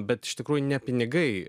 bet iš tikrųjų ne pinigai